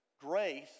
Grace